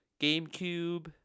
GameCube